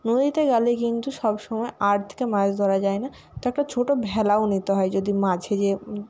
নদীতে গেলে কিন্তু সবসময় আড় থেকে মাছ ধরা যায় না তো একটা ছোট ভেলাও নিতে হয় যদি মাছে যে